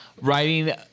Writing